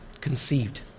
conceived